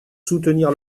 soutenir